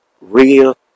Real